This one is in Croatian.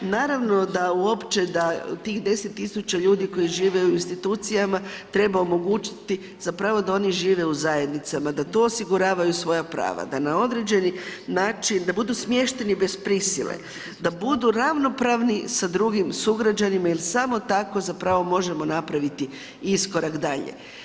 Naravno da uopće da tih 10 tisuća ljudi koji žive u institucijama treba omogućiti zapravo da oni žive u zajednicama, da tu osiguravaju svoja prava, da na određeni način, da budu smješteni bez prisile, da budu ravnopravni sa drugim sugrađanima jer samo tako zapravo možemo napraviti iskorak dalje.